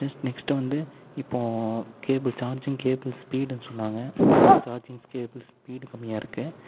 next next வந்து இப்போது cable charging cables ஸ்பீடுனு சொன்னாங்க சார்ஜிங் கேபிள் ஸ்பீடு கம்மியாக இருக்குது